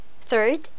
Third